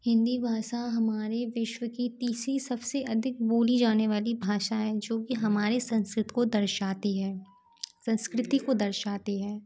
हिन्दी भाषा हमारे विश्व की तीसरी सबसे अधिक बोली जाने वाली भाषा है जो की हमारे संस्कृत को दर्शाती है संस्कृति को दर्शाती है